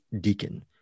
Deacon